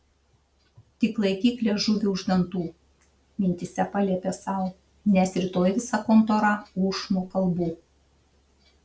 tik laikyk liežuvį už dantų mintyse paliepė sau nes rytoj visa kontora ūš nuo kalbų